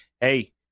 hey